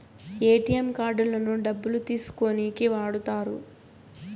ATM కార్డులను డబ్బులు తీసుకోనీకి వాడుతారు